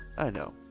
i know.